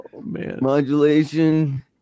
modulation